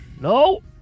No